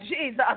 Jesus